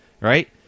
Right